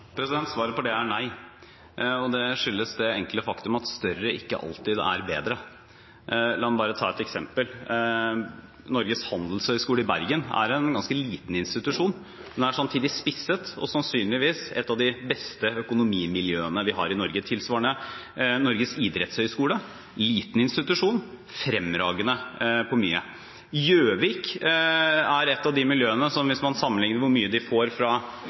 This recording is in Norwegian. kvalitet? Svaret på det er nei. Det skyldes det enkle faktumet at større ikke alltid er bedre. La meg ta et eksempel: Norges Handelshøyskole i Bergen er en ganske liten institusjon, men den er samtidig spisset og sannsynligvis et av de beste økonomimiljøene vi har i Norge. Et tilsvarende eksempel er Norges idrettshøgskole, som er en liten institusjon, men fremragende på mye. Høgskolen i Gjøvik er et av de miljøene som – hvis man sammenligner hvor mye de får fra